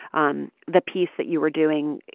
um the piece that you were doing,